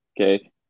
okay